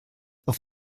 auf